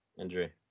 injury